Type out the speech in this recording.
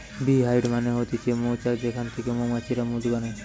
bee hive মানে হচ্ছে মৌচাক যেখান থিকে মৌমাছিরা মধু বানায়